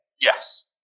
Yes